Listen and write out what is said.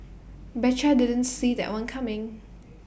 betcha didn't see that one coming